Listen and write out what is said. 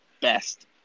best